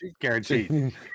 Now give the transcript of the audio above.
Guaranteed